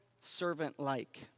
servant-like